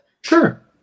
Sure